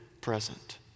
present